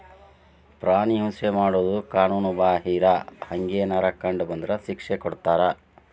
ಪ್ರಾಣಿ ಹಿಂಸೆ ಮಾಡುದು ಕಾನುನು ಬಾಹಿರ, ಹಂಗೆನರ ಕಂಡ ಬಂದ್ರ ಶಿಕ್ಷೆ ಕೊಡ್ತಾರ